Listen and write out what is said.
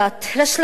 רשלנות לפעמים.